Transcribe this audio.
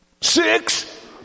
Six